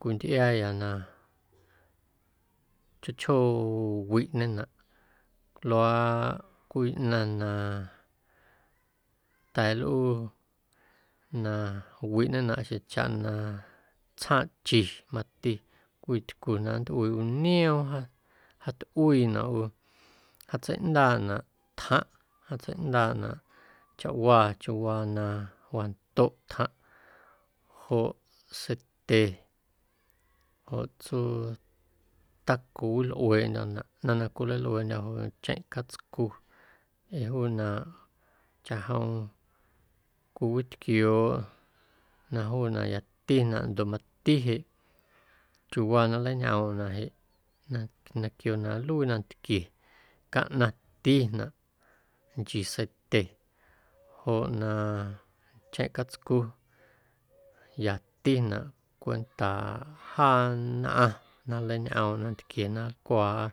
cwintꞌiaayâ na chjoo chjoo wiꞌñenaꞌ luaaꞌ cwii ꞌnaⁿ na nnda̱a̱ nlꞌuu na wiꞌñenaꞌ xjeⁿchaꞌna tsjaaⁿꞌchi mati cwii tycu na nntꞌuii ꞌu nioom wjaa jaatꞌuiinaꞌ ꞌu jaatseiꞌndaaꞌnaꞌ tjaⁿꞌ jaatseiꞌndaaꞌnaꞌ chawaa chawaa na wandoꞌ tjaⁿꞌ joꞌ seitye joꞌ tsuu tacowilꞌueeꞌndyô̱naꞌ ꞌnaⁿ na cwilalꞌueeꞌndyô̱ joꞌ ncheⁿꞌ catscu ee juunaꞌ chaꞌjom cowitquiooꞌ na juunaꞌ yatinaꞌ ndoꞌ mati jeꞌ chiuuwaa na nleiñꞌoomꞌnaꞌ jeꞌ na naquio na nluii nantquie caꞌnaⁿtinaꞌ nchii seitye joꞌ na ncheⁿꞌ catscu yatinaꞌ cwentaaꞌ jaa nnꞌaⁿ na nlañꞌoomꞌ nantquie na nlcwaaꞌa.